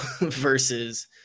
versus